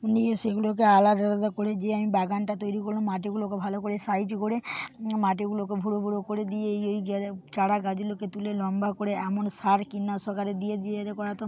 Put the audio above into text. নিয়ে সেগুলোকে আলাদা আলাদা করে যে আমি বাগানটা তৈরি করলাম মাটিগুলোকে ভালো করে সাইজ করে মাটিগুলোকে ভুড়ো ভুড়ো করে দিয়ে এই এই জায়গায় চারা গাছগুলোকে তুলে লম্বা করে এমন সার কীটনাশক আরে দিয়ে দিয়ে এ করাতম